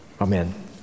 Amen